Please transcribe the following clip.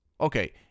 Okay